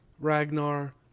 Ragnar